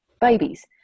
babies